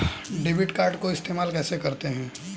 Debit card को इस्तेमाल कैसे करते हैं?